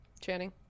Channing